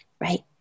right